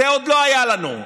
זה עוד לא היה לנו.